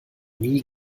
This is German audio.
nie